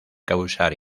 causar